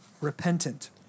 repentant